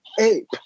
ape